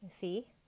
see